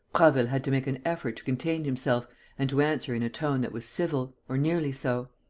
prasville had to make an effort to contain himself and to answer in a tone that was civil, or nearly so